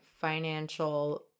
financial